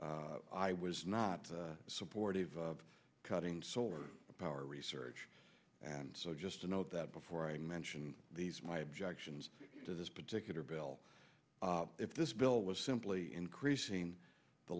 research i was not supportive of cutting solar power research and so just to note that before i mention these my objections to this particular bill if this bill was simply increasing the